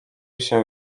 się